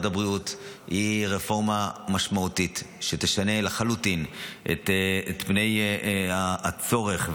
הבריאות היא רפורמה משמעותית שתשנה לחלוטין את פני הצורך,